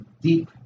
deep